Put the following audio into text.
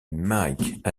mick